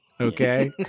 Okay